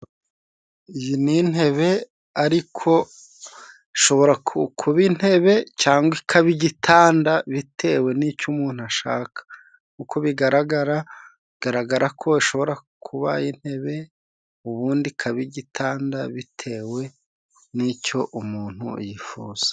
Iyi ni intebe, ariko ishobora kuba intebe cyangwa ikaba igitanda bitewe n'icyo umuntu ashaka. uko bigaragara, bigaragarako ishobora kuba intebe, ubundi ikaba igitanda bitewe n'icyo umuntu yifuza.